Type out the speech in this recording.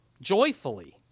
joyfully